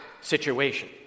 situation